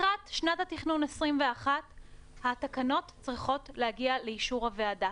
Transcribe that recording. לקראת שנת התכנון 2021 התקנות צריכות להגיע לאישור הוועדה,